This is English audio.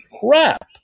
crap